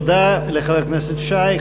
תודה לחבר הכנסת שי.